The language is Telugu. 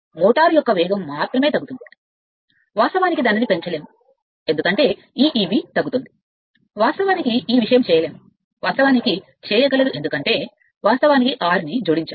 మోటారు యొక్క వేగం మాత్రమే తగ్గుతుంది వాస్తవానికి దానిని పెంచలేము ఎందుకంటే ఈ Eb తగ్గుతోంది వాస్తవానికి ఈ విషయం చేయలేము వాస్తవానికి చేయగలదు ఎందుకంటే వాస్తవానికి r ని జోడించారు